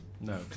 No